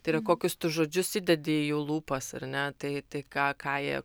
tai yra kokius tu žodžius įdedi į jų lūpas ar ne tai tai ką ką jie